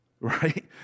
Right